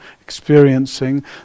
experiencing